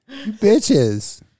Bitches